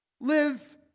Live